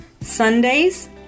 Sundays